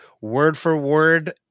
word-for-word